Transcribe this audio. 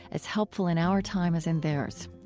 as helpful in our time as in theirs.